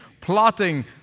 plotting